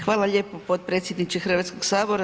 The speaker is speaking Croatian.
Hvala lijepo potpredsjedniče Hrvatskog sabora.